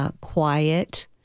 quiet